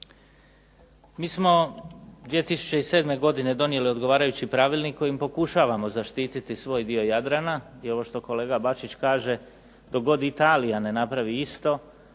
MI smo 2007. godine donijeli odgovarajući pravilnik kojim pokušavamo zaštititi svoj dio Jadrana i ovo što kolega Bačić kaže, dok god Italija ne napravi isto